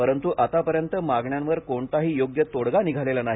परंतू आतापर्यंत मागण्यांवर कोणताही योग्य तोडगा निघालेला नाही